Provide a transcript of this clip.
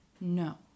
No